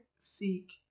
seek